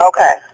Okay